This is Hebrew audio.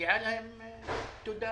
מגיעה להם תודה.